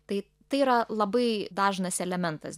tai tai yra labai dažnas elementas